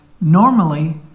normally